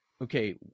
okay